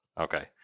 Okay